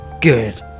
good